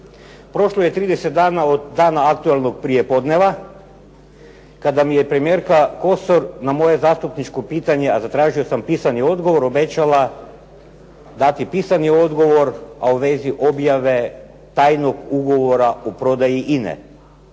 Prošlo je 30 dana od dana aktualnog prijepodneva kada mi je premijerka Kosor na moje zastupničko pitanje, a zatražio sam pisani odgovor, obećala dati pisani odgovor, a u vezi objave tajnog ugovora o prodaji INA-e.